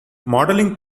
modeling